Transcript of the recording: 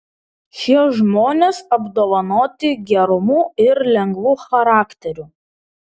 šie žmonės apdovanoti gerumu ir lengvu charakteriu